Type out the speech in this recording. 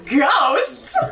ghosts